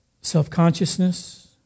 self-consciousness